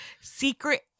secret